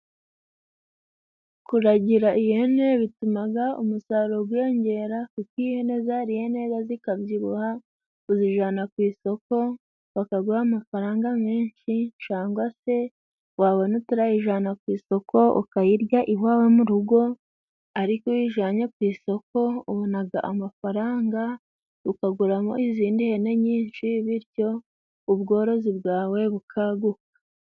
Kuragira ihene bitumaga umusaruro gwiyongera, kuko iyo ihene zariye neza zikabyibuha, uzijana ku isoko bakaguha amafaranga menshi. Cangwa se wabona utarayijana ku isoko, ukayirya iwawe n'urugo. Ariko uyijanye ku isoko ubonaga amafaranga ukaguramo izindi hene nyinshi, bityo ubworozi bwawe bukaguka.